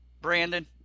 Brandon